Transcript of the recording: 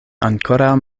ankoraŭ